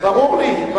ברור לי.